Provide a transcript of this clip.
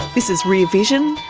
this is rear vision,